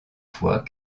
fois